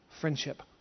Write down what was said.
friendship